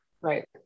Right